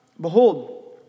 behold